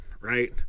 Right